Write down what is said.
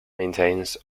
maintains